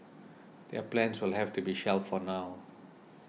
their plans will have to be shelved for now